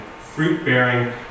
fruit-bearing